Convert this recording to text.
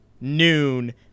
noon